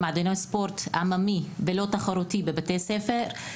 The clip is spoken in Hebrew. ספורט ומועדוני ספורט עממי ולא תחרותי בבתי ספר.